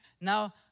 Now